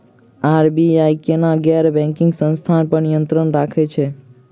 RBI केना गैर banking संस्था पर नियत्रंण राखैत छैक?